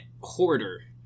hoarder